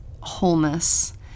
wholeness